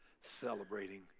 celebrating